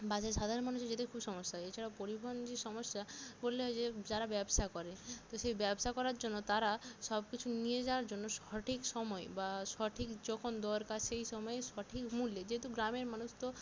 বাসে সাধারণ মানুষের যেতে খুব সমস্যা হয় এছাড়াও পরিবহন যে সমস্যা করলে হয় যে যারা ব্যবসা করে তো সেই ব্যবসা করার জন্য তারা সব কিছু নিয়ে যাওয়ার জন্য সঠিক সময়ে বা সঠিক যখন দরকার সেই সময়ে সঠিক মূল্যে যেহেতু গ্রামের মানুষ তো